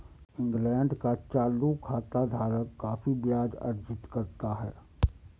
England का चालू खाता धारक काफी ब्याज अर्जित करता है